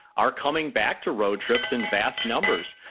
are coming back to road trips in vast numbers.